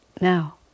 now